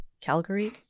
Calgary